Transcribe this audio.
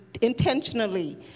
intentionally